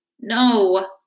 no